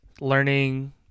Learning